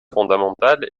fondamentale